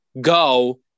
go